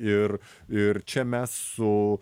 ir ir čia mes su